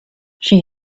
she